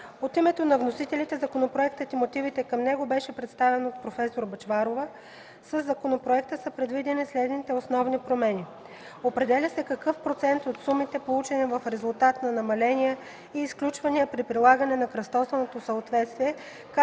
„От името на вносителите законопроектът и мотивите към него бяха представени от проф. Бъчварова. Със законопроекта са предвидени следните основни промени. Определя се какъв процент от сумите, получени в резултат на намаления и изключвания при прилагане на кръстосаното съответствие,